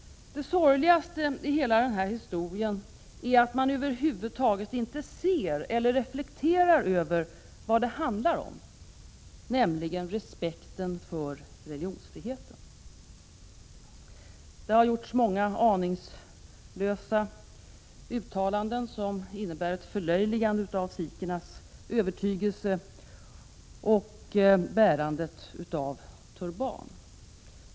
Det sorgligaste i hela den här historien är att man över huvud taget inte ser eller reflekterar över vad det handlar om, nämligen respekten för religionsfriheten. Det har gjorts många aningslösa uttalanden som innebär ett förlöjligande av sikhernas övertygelse och bärandet av turban.